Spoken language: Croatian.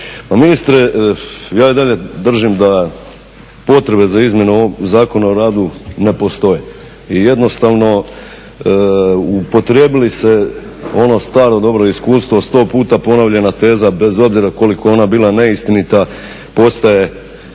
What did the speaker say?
ministre ja i dalje držim da potrebe za izmjene o ovom Zakonu o radu ne postoje i jednostavno upotrijebili se ono staro dobro iskustvo 100 puta ponovljena teza bez obzira koliko ona bila neistinita postaje